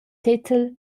tetel